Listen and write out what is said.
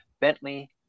Bentley